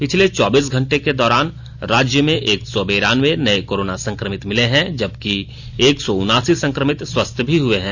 पिछले चौबीस घंटे के दौरान राज्य में एक सौं बेरानवे नये कोरोना संक्रमित मिले हैं जबकि एक सौ उनासी संक्रमित स्वस्थ्य भी हुए हैं